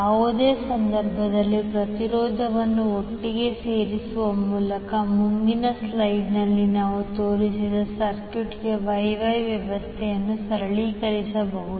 ಯಾವುದೇ ಸಂದರ್ಭದಲ್ಲಿ ಪ್ರತಿರೋಧವನ್ನು ಒಟ್ಟಿಗೆ ಸೇರಿಸುವ ಮೂಲಕ ಮುಂದಿನ ಸ್ಲೈಡ್ನಲ್ಲಿ ನಾವು ತೋರಿಸಿದ ಸರ್ಕ್ಯೂಟ್ಗೆ Y Y ವ್ಯವಸ್ಥೆಯನ್ನು ಸರಳೀಕರಿಸಬಹುದು